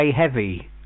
heavy